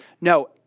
No